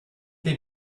they